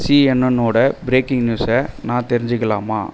சிஎன்என்னோட breaking நியூஸை நான் தெரிஞ்சுக்கலாமா